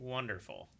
Wonderful